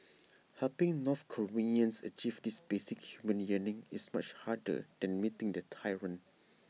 helping north Koreans achieve this basic human yearning is much harder than meeting their tyrant